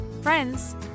friends